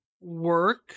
work